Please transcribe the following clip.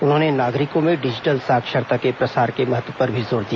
उन्होंने नागरिकों में डिजिटल साक्षरता के प्रसार के महत्व पर भी जोर दिया